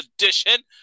edition